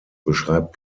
beschreibt